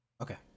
Okay